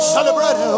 Celebrate